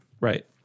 Right